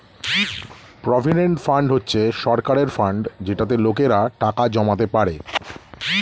provident fund হচ্ছে সরকারের fund যেটাতে লোকেরা টাকা জমাতে পারে